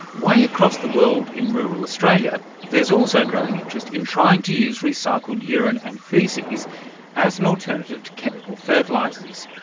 way across the world in rural australia there's also growing interest in trying to use recycled urine and faeces as an alternative to chemical fertilisers.